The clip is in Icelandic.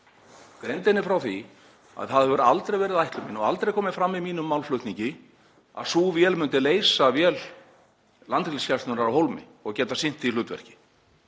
Ég greindi henni frá því að það hefur aldrei verið ætlunin og aldrei komið fram í mínum málflutningi að sú vél myndi leysa vél Landhelgisgæslunnar af hólmi og geta sinnt því hlutverki.